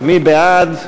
מי בעד?